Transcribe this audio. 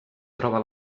troba